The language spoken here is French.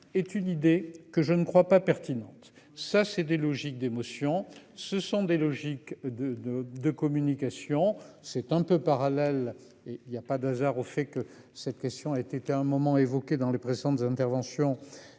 est une idée que je ne crois pas pertinente. Ça c'est des logiques d'émotion, ce sont des logiques de de de communication c'est un peu parallèle et il y a pas de hasard, au fait que cette question était un moment évoquée dans les présentes interventions.